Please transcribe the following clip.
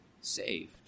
saved